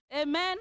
Amen